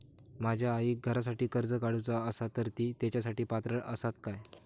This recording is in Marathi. माझ्या आईक घरासाठी कर्ज काढूचा असा तर ती तेच्यासाठी पात्र असात काय?